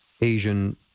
Asian